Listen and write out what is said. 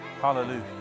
Hallelujah